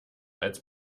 als